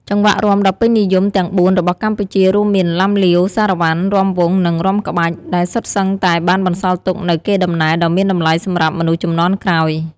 ចង្វាក់រាំដ៏ពេញនិយមទាំងបួនរបស់កម្ពុជា រួមមាន ឡាំលាវ សារ៉ាវ៉ាន់ រាំវង់ និងរាំក្បាច់ ដែលសុទ្ធសឹងតែបានបន្សល់ទុកនូវកេរដំណែលដ៏មានតម្លៃសម្រាប់មនុស្សជំនាន់ក្រោយ។